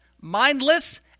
mindless